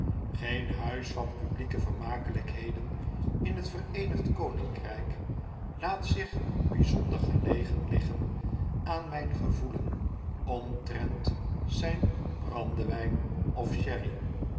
geen huis van publieke vermakelijkheden in t vereenigde koninkrijk laat zich bijzonder gelegen liggen aan mijn gevoelen omtrent zijn brandewijn of sherry